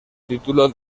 título